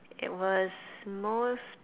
it was most